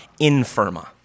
infirma